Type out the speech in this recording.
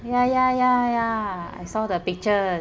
ya ya ya ya I saw the pictures